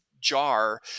jar